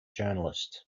journalist